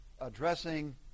addressing